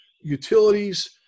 utilities